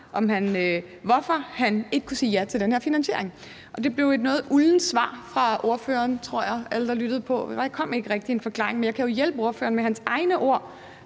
hvorfor han ikke kunne sige ja til den her finansiering, og det blev et noget uldent svar fra ordføreren. Det tror jeg alle der lyttede til det vil sige, for der kom ikke rigtig en forklaring. Men jeg kan jo hjælpe ordføreren med hans egne ord